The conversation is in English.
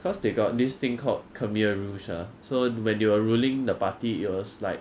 because they got this thing called khmer rouge ah so when they were ruling the party it was like